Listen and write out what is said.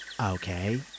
Okay